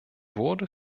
wurde